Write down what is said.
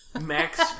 Max